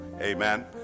amen